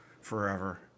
forever